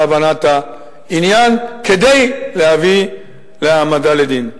להבנת העניין, כדי להביא להעמדה לדין.